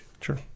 Sure